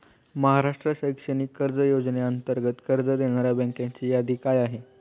महाराष्ट्र शैक्षणिक कर्ज योजनेअंतर्गत कर्ज देणाऱ्या बँकांची यादी काय आहे?